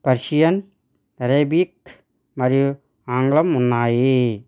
Persian Arabic మరియు ఆంగ్లం ఉన్నాయి